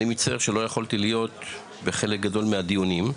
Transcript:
אני מצטער שלא יכולתי להיות בחלק גדול מהדיונים.